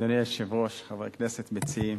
אדוני היושב-ראש, חברי הכנסת המציעים,